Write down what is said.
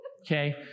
okay